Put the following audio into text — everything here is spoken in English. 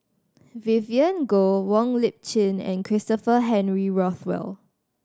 Vivien Goh Wong Lip Chin and Christopher Henry Rothwell